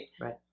Right